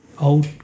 old